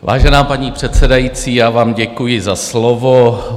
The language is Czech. Vážená paní předsedající, já vám děkuji za slovo.